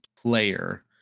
player